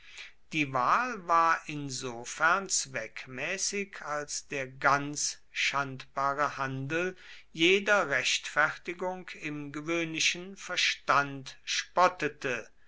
die wahl war insofern zweckmäßig als der ganz schandbare handel jeder rechtfertigung im gewöhnlichen verstand spottete